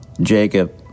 Jacob